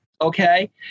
Okay